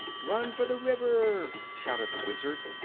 run for the river! shouted the wizard,